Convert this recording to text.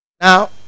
now